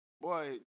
boy